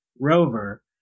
rover